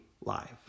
live